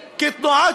אתם רוצים בכוח,